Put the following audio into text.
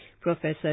Professor